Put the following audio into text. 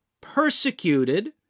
persecuted